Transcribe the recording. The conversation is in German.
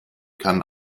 kann